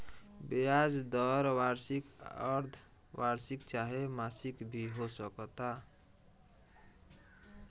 ब्याज दर वार्षिक, अर्द्धवार्षिक चाहे मासिक भी हो सकता